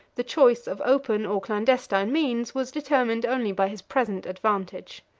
the choice of open or clandestine means was determined only by his present advantage.